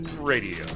Radio